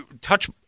touch